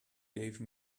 gave